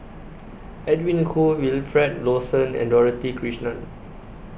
Edwin Koo Wilfed Lawson and Dorothy Krishnan